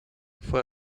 fue